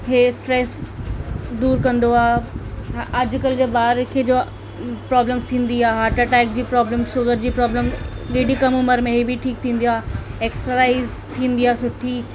इहो स्ट्रैस दूरि कंदो आहे अॼुकल्ह जा ॿार खे जो प्रॉब्लम्स थींदी आहे हार्ट अटैक जी प्रॉब्लम्स शुगर जी प्रॉब्लम हेॾी कम उमिरि में इहा बि ठीक थींदी आहे एक्सराइज़ थींदी आहे सुठी